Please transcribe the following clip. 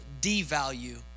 devalue